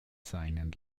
seinen